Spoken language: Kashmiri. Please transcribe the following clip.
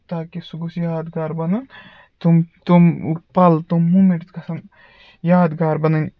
تاکہِ سُہ گوٚژھ یادگار بَنُن تِم تِم پَل تِم موٗمینٕٹس گژھن یادگار بَنٕنۍ